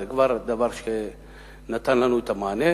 זה כבר דבר שנתן לנו את המענה.